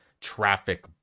traffic